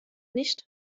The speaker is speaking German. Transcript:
nicht